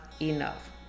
enough